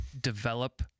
develop